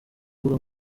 mbuga